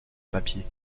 papier